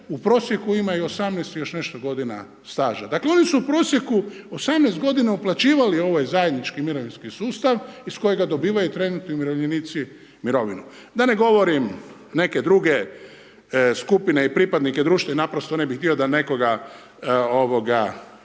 u prosjeku imaju 18 i još nešto godina staža. Dakle, oni su u prosjeku 18 godina uplaćivali ovaj zajednički mirovinski sustav iz kojega dobivaju trenutni umirovljenici mirovinu, da ne govorim neke druge skupine i pripadnike društva, jer naprosto ne bi htio da nekoga prozivam,